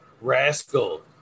Rascal